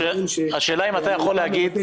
יש דברים --- השאלה היא אם אתה יכול להגיד,